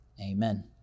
Amen